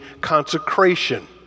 consecration